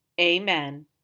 Amen